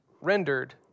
rendered